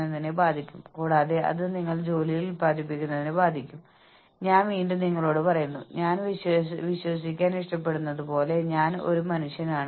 അവർ ബ്യൂറോക്രാറ്റിക്കും മെക്കാനിസ്റ്റിക്കും വഴക്കമില്ലാത്തവരുമാണ് അതിനാൽ വേരിയബിൾ പേ എന്ന ആശയം നടപ്പിലാക്കുന്നത് ബുദ്ധിമുട്ടാണ്